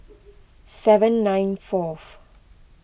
seven nine fourth